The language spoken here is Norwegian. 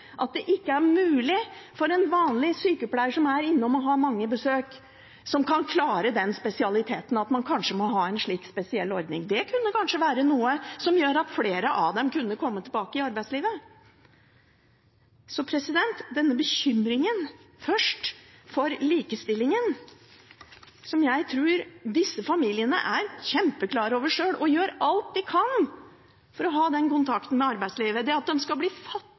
at det ikke er mulig for en vanlig sykepleier som er innom og har mange besøk, å klare den spesialiteten. Så kanskje må man ha en slik spesiell ordning. Det kunne kanskje være noe som kunne gjøre at flere av foreldrene kunne komme tilbake til arbeidslivet. Til bekymringen for likestillingen: Jeg tror disse familiene er veldig klar over dette sjøl og gjør alt de kan for å ha kontakt med arbeidslivet. At de skal bli fattigere for å ha den kontakten med arbeidslivet,